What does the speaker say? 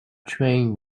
trained